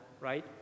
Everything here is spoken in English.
right